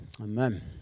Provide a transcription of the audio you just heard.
Amen